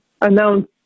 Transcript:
announce